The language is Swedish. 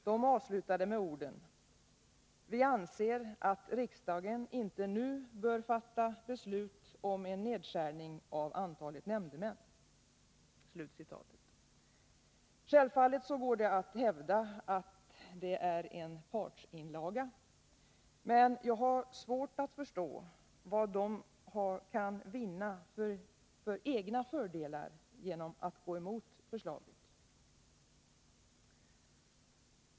De avslutade med orden: ”Vi anser att riksdagen inte nu bör fatta beslut om en nedskärning av antalet nämndemän.” Självfallet går det att hävda att det är en partsinlaga, men jag har svårt att förstå vad de kan vinna för egna fördelar genom att gå emot förslaget.